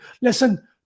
listen